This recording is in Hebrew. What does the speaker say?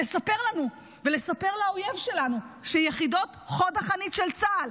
לספר לנו ולספר לאויב שלנו שיחידות חוד החנית של צה"ל,